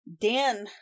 Dan